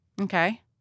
Okay